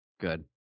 Good